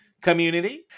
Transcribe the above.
community